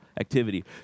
activity